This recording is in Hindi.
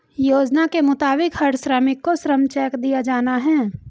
योजना के मुताबिक हर श्रमिक को श्रम चेक दिया जाना हैं